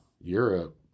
Europe